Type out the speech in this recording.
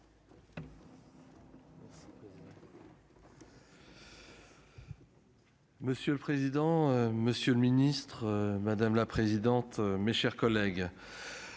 Monsieur le président, monsieur le ministre, madame la présidente, mes chers collègues,